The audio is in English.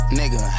nigga